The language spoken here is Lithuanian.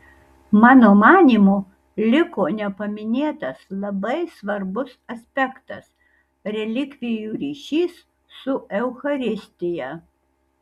mano manymu liko nepaminėtas labai svarbus aspektas relikvijų ryšys su eucharistija